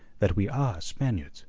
that we are spaniards,